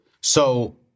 So-